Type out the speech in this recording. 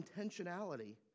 intentionality